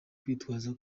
kwitwaza